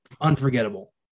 unforgettable